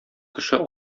кеше